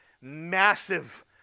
massive